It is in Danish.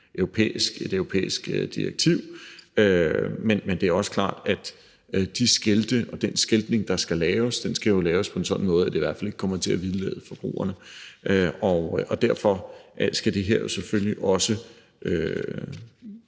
et europæisk direktiv, men det er også klart, at den skiltning, der skal laves, jo skal laves på en sådan måde, at det i hvert fald ikke kommer til at vildlede forbrugerne. Derfor skal vi jo også